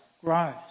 grows